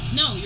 no